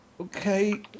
Okay